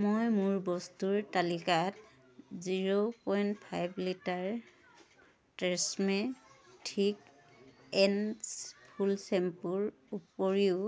মই মোৰ বস্তুৰ তালিকাত zero point five litre Tresemme thick and full শ্বেম্পুৰ উপৰিও